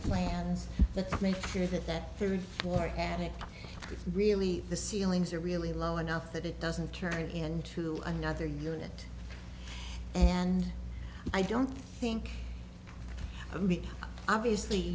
plans to make sure that that third floor attic really the ceilings are really low enough that it doesn't turn into another unit and i don't think i mean obviously